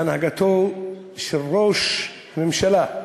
בהנהגתו של ראש ממשלה,